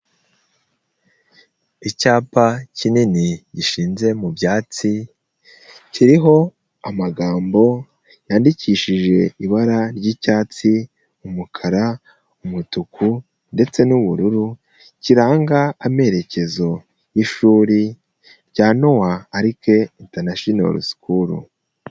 Icyapa kinini gishinze mu byatsi kiriho amagambo yandikishije ibara ry'icyatsi, umukara, umutuku ndetse n'ubururu kiranga amerekezo y'ishuri rya Noah ARK intanashonoru sukuru.